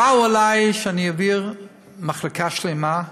באו אלי שאני אעביר מחלקה שלמה,